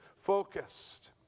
focused